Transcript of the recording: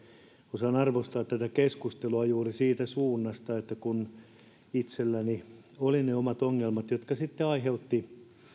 osaan arvostaa tätä keskustelua juuri siitä suunnasta että itselläni oli ne omat ongelmani jotka sitten aiheuttivat